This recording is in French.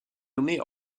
nommée